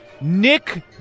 Nick